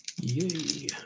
Yay